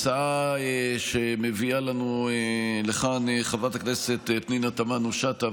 הצעה שמביאה לנו לכאן חברת הכנסת פנינה תמנו שטה,